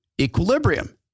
equilibrium